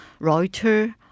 Reuters